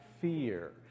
fear